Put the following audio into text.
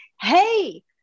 hey